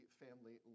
family